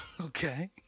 Okay